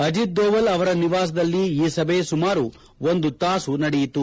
ಅಜಿತ್ ದೋವಲ್ ಅವರ ನಿವಾಸದಲ್ಲಿ ಈ ಸಭೆ ಸುಮಾರು ಒಂದು ತಾಸು ನಡೆಯಿತು